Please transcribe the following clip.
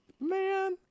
man